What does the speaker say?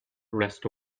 rest